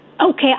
Okay